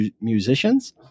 musicians